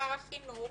שר החינוך,